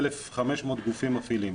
1,500 גופים מפעילים.